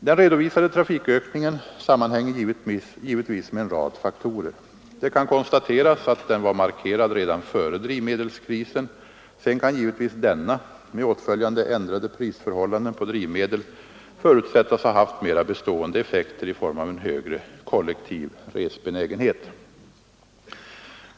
Den redovisade trafikökningen sammanhänger givetvis med en rad faktorer. Det kan konstateras att den var markerad redan före drivmedelskrisen. Sedan kan givetvis denna — med åtföljande ändrade prisförhållanden på drivmedel — förutsättas ha haft mera bestående effekter i form av en högre kollektiv resbenägenhet.